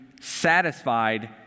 satisfied